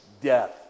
death